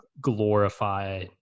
glorify